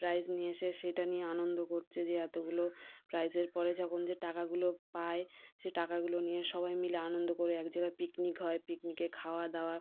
prize নিয়ে এসে সেইটা নিয়ে আনন্দ করছে যে এতগুলো প্রাইসের পরে যখন যে টাকাগুলো পায় সে টাকাগুলো নিয়ে সবাই মিলে আনন্দ করে এক জায়গায় পিকনিক হয় পিকনিকে খাওয়া দাওয়া